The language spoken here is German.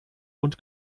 und